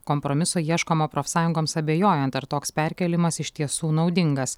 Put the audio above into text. kompromiso ieškoma profsąjungoms abejojant ar toks perkėlimas iš tiesų naudingas